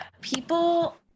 people